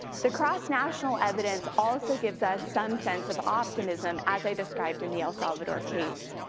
the cross national evidence also gives us some sense of optimism, as i described in the el salvador case.